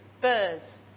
birds